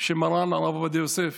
שמרן הרב עובדיה יוסף